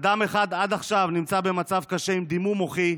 ואדם אחד נמצא עד עכשיו במצב קשה עם דימום מוחי.